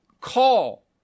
call